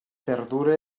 perdura